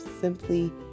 simply